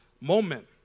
moment